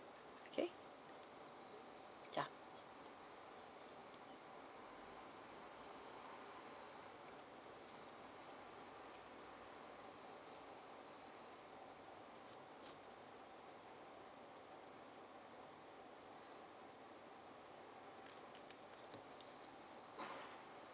okay yeah